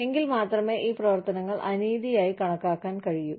എങ്കിൽ മാത്രമേ ഈ പ്രവർത്തനങ്ങൾ അനീതിയായി കണക്കാക്കാൻ കഴിയൂ